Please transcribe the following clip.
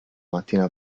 mattina